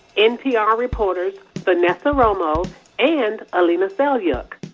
npr reporters vanessa romo and alina selyukh.